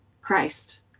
Christ